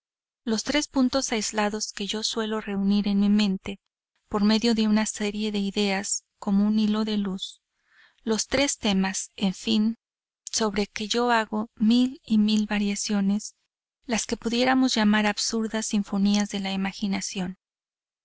los tres puntos aislados que yo suelo reunir en mi mente por medio de una serie de ideas como un hilo de luz los tres temas en fin sobre que yo hago mil y mil variaciones las que pudiéramos llamar absurdas sinfonías de la imaginación